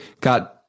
got